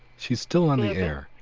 she is still on the air,